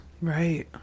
Right